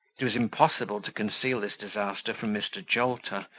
it was impossible to conceal this disaster from mr. jolter,